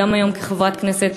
גם היום כחברת כנסת,